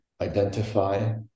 identify